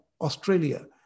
Australia